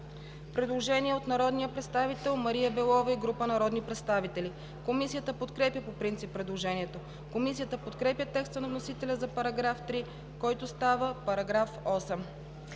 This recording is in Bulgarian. предложение от народния представител Мария Белова и група народни представители. Комисията подкрепя по принцип предложението. Комисията подкрепя текста на вносителя за § 3, който става § 8.